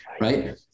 right